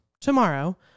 tomorrow